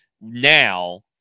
now